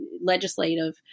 legislative